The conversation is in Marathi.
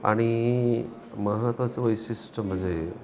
आणि महत्त्वाचं वैशिष्ट्य म्हणजे